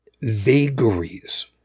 vagaries